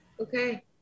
Okay